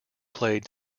played